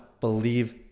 believe